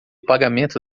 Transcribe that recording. pagamento